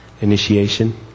initiation